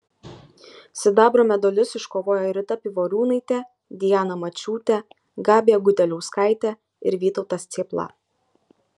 sidabro medalius iškovojo rita pivoriūnaitė diana mačiūtė gabija gudeliauskaitė ir vytautas cėpla